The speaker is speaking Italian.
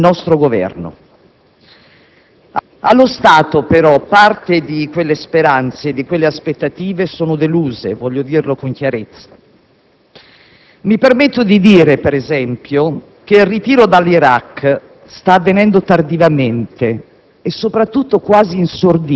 Un discorso che ha suscitato - mi creda, signor Ministro - molte speranze e molte aspettative, non solo in quest'Aula, ma soprattutto nel Paese, in quello straordinario movimento per la pace che è schierato con il nostro Governo.